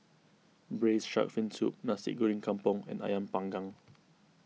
Braised Shark Fin Soup Nasi Goreng Kampung and Ayam Panggang